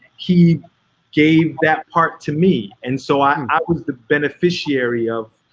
he gave that part to me. and so i was the beneficiary of,